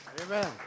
Amen